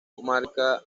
marca